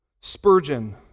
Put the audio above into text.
Spurgeon